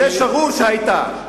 זה שגור שהיתה.